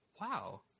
Wow